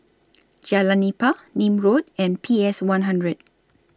Jalan Nipah Nim Road and P S one hundred